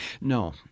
No